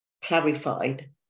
clarified